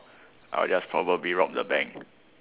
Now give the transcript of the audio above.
I will just probably rob the bank